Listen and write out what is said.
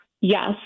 Yes